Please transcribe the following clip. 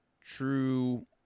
true